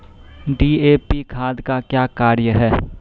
DAP खाद का क्या कार्य हैं?